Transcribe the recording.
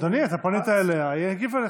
אדוני, אתה פנית אליה, היא הגיבה לך.